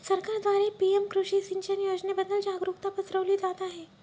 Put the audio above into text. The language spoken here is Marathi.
सरकारद्वारे पी.एम कृषी सिंचन योजनेबद्दल जागरुकता पसरवली जात आहे